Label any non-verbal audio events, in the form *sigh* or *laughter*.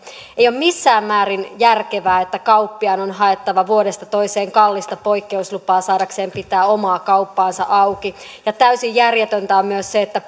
ei ole missään määrin järkevää että kauppiaan on haettava vuodesta toiseen kallista poikkeuslupaa saadakseen pitää omaa kauppaansa auki ja täysin järjetöntä on myös se että *unintelligible*